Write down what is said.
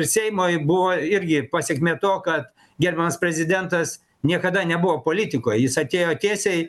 ir seimo buvo irgi pasekmė to kad gerbiamas prezidentas niekada nebuvo politikoj jis atėjo tiesiai